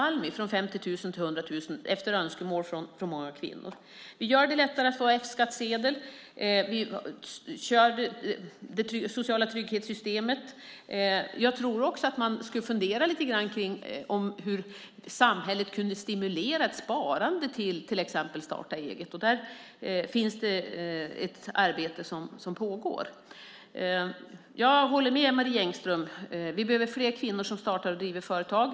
Det har vi höjt från 50 000 till 100 000 efter önskemål från många kvinnor. Vi gör det lättare att få F-skattsedel. Vi kör det sociala trygghetssystemet. Jag tror att man ska fundera på hur samhället kan stimulera ett sparande till att till exempel starta eget. Där pågår det ett arbete. Jag håller med Marie Engström om att vi behöver fler kvinnor som startar och driver företag.